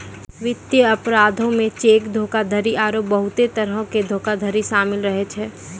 वित्तीय अपराधो मे चेक धोखाधड़ी आरु बहुते तरहो के धोखाधड़ी शामिल रहै छै